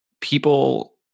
people